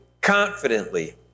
confidently